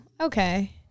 okay